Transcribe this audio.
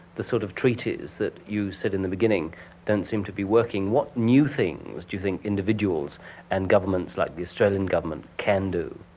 the sort of treaties that you said in the beginning don't seem to be working, what new things do you think individuals and governments like the australian government can do?